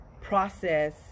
process